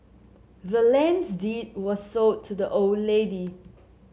the land's deed was sold to the old lady